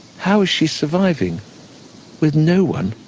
how is she surviving with no one?